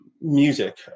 Music